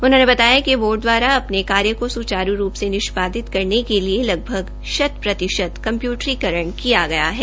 उन्होंने बताया कि बोर्ड द्वारा अपने कार्य को स्चारू रूप से निष्पादित करने के लिए लगभग शत प्रतिशत कम्प्यूटरीकरण किया गया है